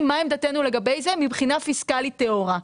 מה עמדתנו לגבי זה מבחינה פיסקלית טהורה.